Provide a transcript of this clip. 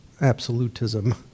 absolutism